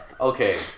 Okay